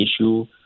issue